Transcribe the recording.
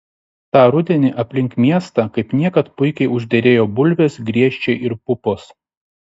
tą rudenį aplink miestą kaip niekad puikiai užderėjo bulvės griežčiai ir pupos